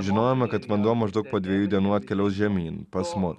žinojome kad vanduo maždaug po dviejų dienų atkeliaus žemyn pas mus